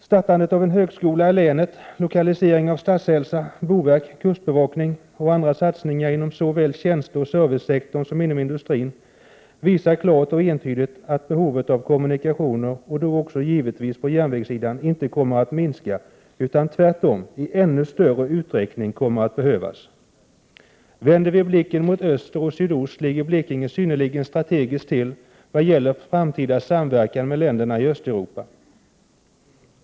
Inrättandet av en högskola i länet, lokalisering av Statshälsan, boverket, kustbevakningen och andra satsningar inom såväl tjänsteoch servicesektorn som inom industrin visar klart och entydigt att behovet av kommunikationer — och då också givetvis på järnvägssidan — inte kommer att minska utan tvärtom bli ännu större. Vänder vi blicken mot öster och sydost ligger Blekinge synnerligen strategiskt till vad gäller framtida samverkan med länderna i Östeuropa.